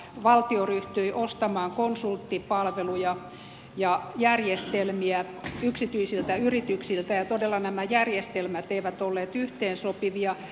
valtio ryhtyi ostamaan konsulttipalveluja ja järjestelmiä yksityisiltä yrityksiltä ja todella nämä järjestelmät eivät olleet yhteensopivia